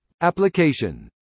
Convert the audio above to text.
Application